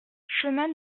chemin